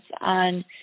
on